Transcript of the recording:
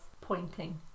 pointing